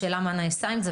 השאלה מה נעשה עם זה,